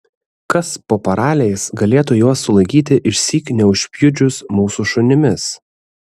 kas po paraliais galėtų juos sulaikyti išsyk neužpjudžius mūsų šunimis